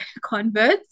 converts